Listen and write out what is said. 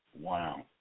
Wow